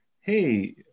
Hey